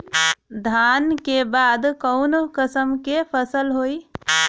धान के बाद कऊन कसमक फसल होई?